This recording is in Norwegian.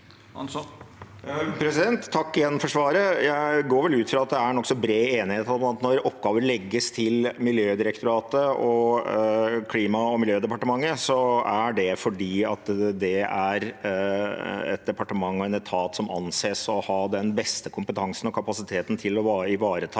igjen for svaret. Jeg går ut fra at det er nokså bred enighet om at når oppgaven legges til Miljødirektoratet og Klima- og miljødepartementet, er det fordi det er en etat og et departement som anses å ha den beste kompetansen og kapasiteten til å ivareta